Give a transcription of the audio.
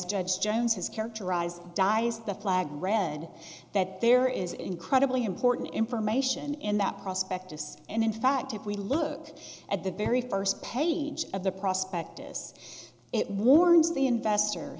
judge jones has characterized dies the flag read that there is incredibly important information in that prospect of and in fact if we look at the very first page of the prospect of this it warns the investor